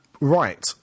right